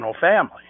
family